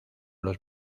los